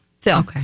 Phil